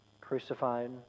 crucified